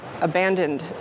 abandoned